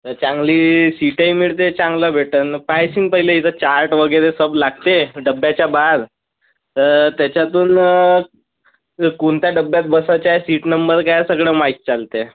तर चांगली सिटही मिळते चांगलं भेटंल पाहशील पहिले इथं चार्ट वगैरे सब लागते डब्याच्या बाहेर तर त्याच्यातून कोणत्या डब्यात बसायचं आहे सिट नंबर काय आहे सगळं माहिती चालत आहे